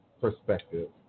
perspective